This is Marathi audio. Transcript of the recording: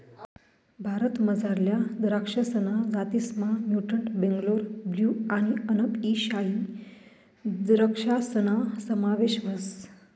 भारतमझारल्या दराक्षसना जातीसमा म्युटंट बेंगलोर ब्लू आणि अनब ई शाही द्रक्षासना समावेश व्हस